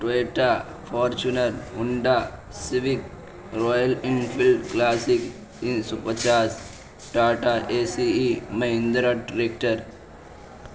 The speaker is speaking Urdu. Toyota Fortuner Honda Civic Royal Enfield Classic تین سو پچاس Tata A C E Mahindra tractor